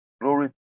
glory